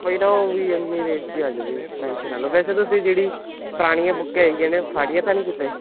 ਕੋਈ ਨਾ ਉਹ ਵੀ ਐਵੇਂ ਰੇਟ ਦੀ ਆ ਜੂਗੀ ਟੈਂਸ਼ਨ ਨਾ ਲਓ ਵੈਸੇ ਤੁਸੀਂ ਜਿਹੜੀ ਪੁਰਾਣੀਆਂ ਬੁੱਕਾਂ ਹੈਗੀਆਂ ਨੇ ਫਾੜੀਆਂ ਤਾਂ ਨਹੀਂ ਕਿਤੇ